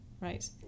Right